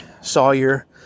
Sawyer